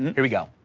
here we go.